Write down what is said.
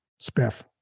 spiff